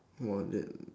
!whoa! then